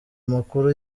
amakuru